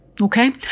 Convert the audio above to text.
Okay